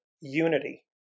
unity